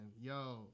Yo